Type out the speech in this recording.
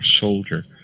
soldier